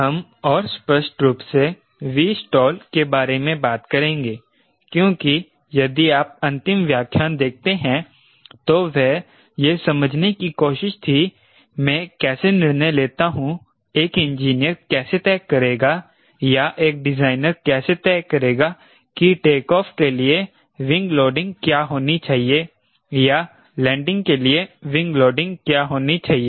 हम और स्पष्ट रूप से 𝑉stall के बारे में बात करेंगे क्योंकि यदि आप अंतिम व्याख्यान देखते हैं तो वह यह समझने की कोशिश थी मैं कैसे निर्णय लेता हूं एक इंजीनियर कैसे तय करेगा या एक डिजाइनर कैसे तय करेगा की टेक ऑफ के लिए विंग लोडिंग क्या होनी चाहिए या लैंडिंग के लिए विंग लोडिंग क्या होनी चाहिए